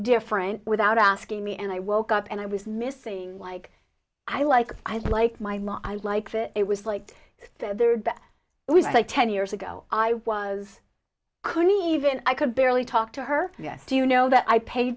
different without asking me and i woke up and i was missing like i like i like my mom i like that it was like it was like ten years ago i was couldn't even i could barely talk to her yes do you know that i pa